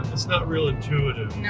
it's not real intuitive. no.